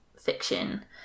fiction